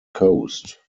coast